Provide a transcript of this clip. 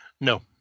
No